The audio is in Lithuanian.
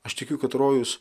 aš tikiu kad rojus